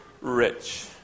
rich